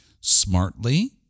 smartly